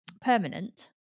permanent